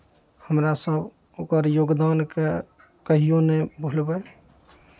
हमरा सभ ओकर योगदानकेँ कहिओ नहि भुलबै